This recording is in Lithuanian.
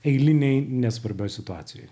eilinėj nesvarbioj situacijoj